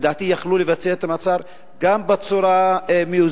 לדעתי היו יכולים לבצע את המעצר גם בצורה מאוזנת,